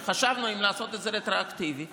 וחשבנו אם לעשות את זה רטרואקטיבי,